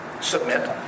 Submit